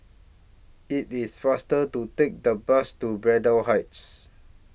IT IS faster to Take The Bus to Braddell Heights